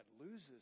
loses